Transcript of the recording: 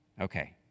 Okay